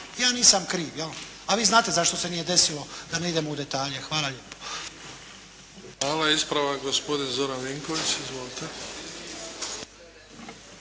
ja nisam kriv jel', a vi znate zašto se nije desilo da ne idemo u detalje. Hvala lijepo. **Bebić, Luka (HDZ)** Hvala. Ispravak, gospodin Zoran Vinković. Izvolite.